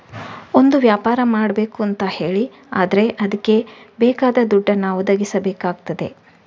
ಒಂದು ವ್ಯಾಪಾರ ಮಾಡ್ಬೇಕು ಅಂತ ಹೇಳಿ ಆದ್ರೆ ಅದ್ಕೆ ಬೇಕಾದ ದುಡ್ಡನ್ನ ಒದಗಿಸಬೇಕಾಗ್ತದೆ